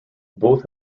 both